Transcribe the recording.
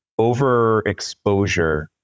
overexposure